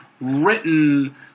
written